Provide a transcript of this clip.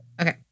Okay